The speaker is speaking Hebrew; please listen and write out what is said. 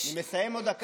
אני מסיים עוד דקה.